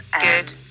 good